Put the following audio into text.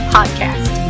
Podcast